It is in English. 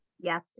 Yes